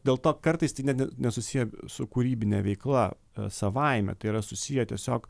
dėl to kartais tai net ne nesusiję su kūrybine veikla savaime tai yra susiję tiesiog